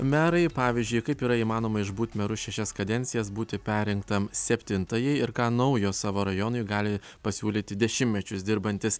merai pavyzdžiui kaip yra įmanoma išbūt merų šešias kadencijas būti perrinktam septintajai ir ką naujo savo rajonui gali pasiūlyti dešimtmečius dirbantis